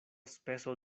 speso